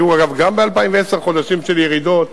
אגב, היו גם ב-2010 חודשים של ירידות,